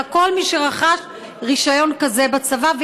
אלא לכל מי שרכש רישיון כזה בצבא,